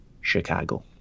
Chicago